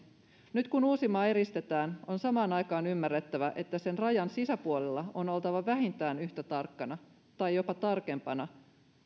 nyt kun uusimaa eristetään on samaan aikaan ymmärrettävä että sen rajan sisäpuolella on oltava vähintään yhtä tarkkana tai jopa tarkempana